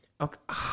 Okay